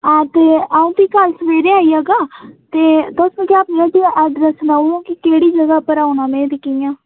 हां ते अ'ऊं ते कल्ल सबरे आई जाह्गा ते तुस मिकी अपनिया हट्टिया ऐड्रैस सनाई ओड़ो आं कि केह्ड़ी जगह् पर औना में ते कि'यां